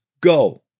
Go